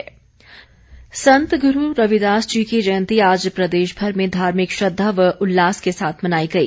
रविदास जयंती संत गुरू रविदास जी की जयंती आज प्रदेशभर में धार्मिक श्रद्धा व उल्लास के साथ मनाई गई